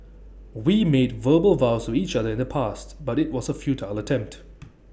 we made verbal vows to each other in the past but IT was A futile attempt